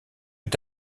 est